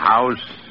House